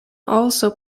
also